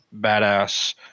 badass